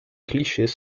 clichés